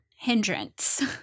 hindrance